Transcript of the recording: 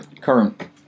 current